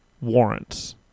warrants